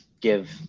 give